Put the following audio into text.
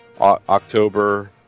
October